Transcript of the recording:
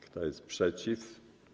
Kto jest przeciw?